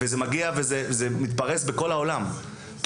וזה מתפרש בכל העולם.